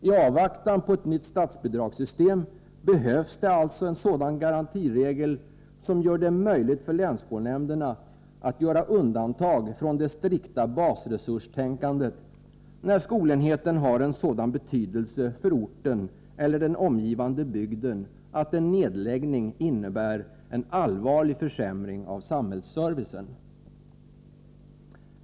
I avvaktan på ett nytt statsbidragssystem behövs det alltså en sådan garantiregel som gör det möjligt för länsskolnämnderna att göra undantag från det strikta basresurstänkandet, när skolenheten har en sådan betydelse för orten eller den omgivande bygden, att en nedläggning innebär en allvarlig försämring av samhällsservicen.